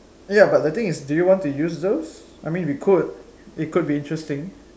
ya but the thing is do you want to use those I mean we could it could be interesting